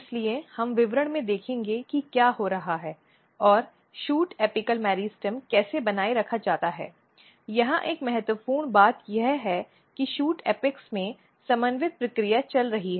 इसलिए हम विवरण में देखेंगे कि क्या हो रहा है और शूट एपिक मेरिस्टेम कैसे बनाए रखा जाता है यहां एक महत्वपूर्ण बात यह है कि शूट एपेक्स में समन्वित प्रक्रिया चल रही है